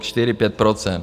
4 5 %?